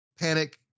panic